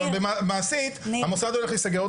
אבל מעשית המוסד הולך להיסגר --- ניר.